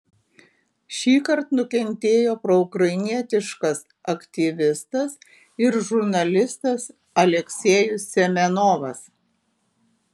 šįkart nukentėjo proukrainietiškas aktyvistas ir žurnalistas aleksejus semenovas